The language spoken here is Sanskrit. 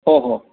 ओ हो